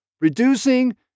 Reducing